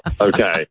Okay